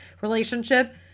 relationship